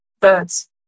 birds